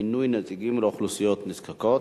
מינוי נציגים לאוכלוסיות נזקקות.